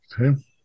Okay